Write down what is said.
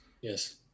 Yes